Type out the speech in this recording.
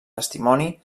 testimoni